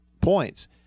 points